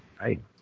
Right